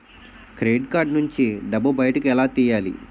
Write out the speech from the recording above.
Credit card నుంచి డబ్బు బయటకు ఎలా తెయ్యలి?